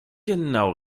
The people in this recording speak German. genau